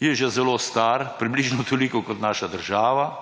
Je že zelo star. Približno toliko kot naša država.